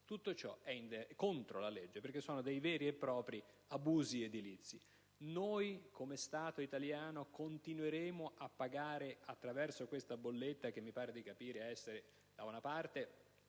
Tutto ciò è contro la legge, perché sono veri e propri abusi edilizi. Noi, come Stato italiano, continueremo a pagare attraverso questa bolletta (che, come mi pare di capire, non viene